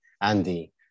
Andy